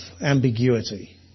ambiguity